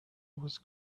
was